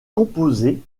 composés